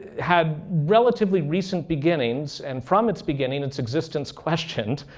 had relatively recent beginnings and from its beginning its existence questioned.